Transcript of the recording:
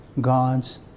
God's